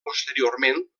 posteriorment